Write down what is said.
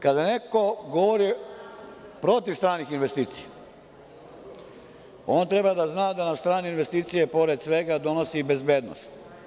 Kada neko govori protiv stranih investicija, on treba da zna da nam strane investicije, pored svega, donese i bezbednost.